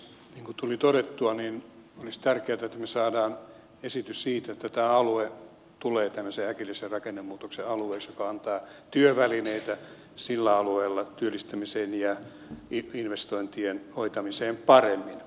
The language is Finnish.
niin kuin tuli todettua olisi tärkeätä että me saamme esityksen siitä että tämä alue tulee äkillisen rakennemuutoksen alueeksi mikä antaa työvälineitä sillä alueella työllistämiseen ja investointien hoitamiseen paremmin